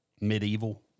Medieval